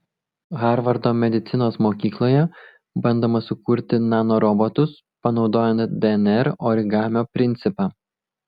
harvardo medicinos mokykloje bandoma sukurti nanorobotus panaudojant dnr origamio principą